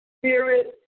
spirit